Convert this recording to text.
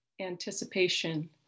anticipation